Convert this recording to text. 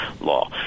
law